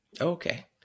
Okay